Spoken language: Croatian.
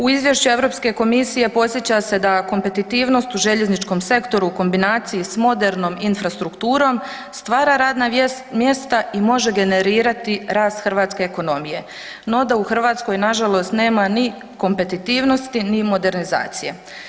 U izvješću Europske komisije, podsjeća se da kompetitivnost u željezničkom sektoru u kombinaciji s modernom infrastrukturom stvara radna mjesta i može generirati rast hrvatske ekonomije no da u Hrvatskoj nažalost nema ni kompetitivnosti ni modernizacije.